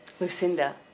Lucinda